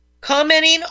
Commenting